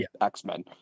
X-Men